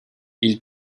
ils